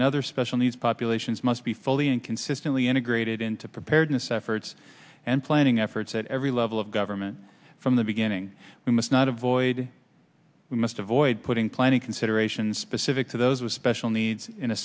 and other special needs populations must be fully and consistently integrated into preparedness efforts and planning efforts at every level of government from the beginning we must not avoid we must avoid putting planning considerations specific to those with special needs in a